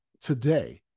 today